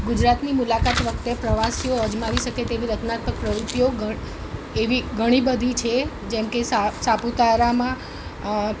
ગુજરાતની મુલાકાત વખતે પ્રવાસીઓ અજમાવી શકે તેવી રચનાત્મક પ્રવૃત્તિઓ ઘણ એવી ઘણી બધી છે જેમ કે સા સાપુતારામાં અ